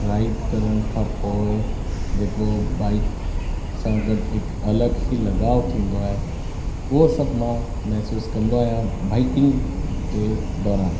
ride करण खां पोइ जेको बाइक सां गॾु हिकु अलॻि ई लगाव थींदो आहे उहो सभ मां महसूसु कंदो आहियां बाइकिंग जे दौरान